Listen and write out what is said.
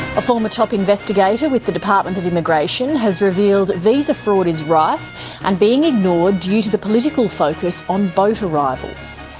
a former top investigator with the department of immigration has revealed visa fraud is rife and being ignored due to the political focus on boat arrivals.